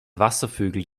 wasservögel